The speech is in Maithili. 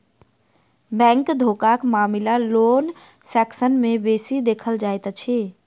बैंक धोखाक मामिला लोन सेक्सन मे बेसी देखल जाइत अछि